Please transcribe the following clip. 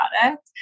product